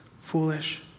foolish